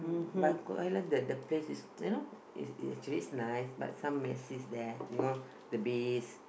mm but I like that the place is you know is is actually is nice but some mess is there you know the base